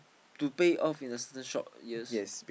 to pay off in a certain short years